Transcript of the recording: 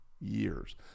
years